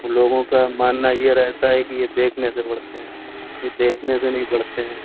لوگوں کا ماننا یہ رہتا ہے کہ یہ دیکھنے سے بڑھتے ہیں یہ دیکھنے سے نہیں بڑھتے ہیں